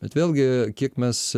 bet vėlgi kiek mes